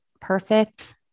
Perfect